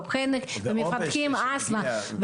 חנק ומפתחים אסטמה.